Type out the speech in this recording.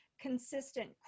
consistent